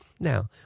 Now